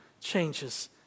changes